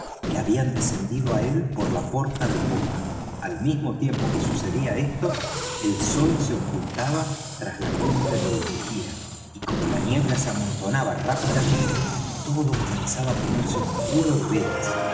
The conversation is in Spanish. que habían descendido á él por la porta de popa al mismo tiempo que sucedía esto el sol se ocultaba tras la cumbre del vigía y como la niebla se amontonaba rápidamente todo comenzaba á ponerse oscuro de veras